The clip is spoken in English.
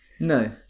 No